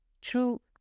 true